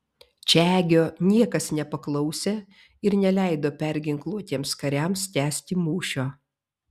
čegio niekas nepaklausė ir neleido perginkluotiems kariams tęsti mūšio